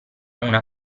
una